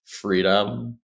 freedom